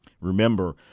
Remember